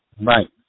Right